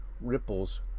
ripples